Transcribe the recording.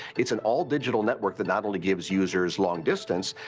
it's an all digital network that not only gives users long distance,